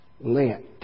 Lent